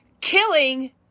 killing